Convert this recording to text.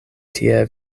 tie